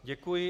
Děkuji.